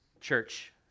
church